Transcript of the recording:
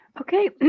Okay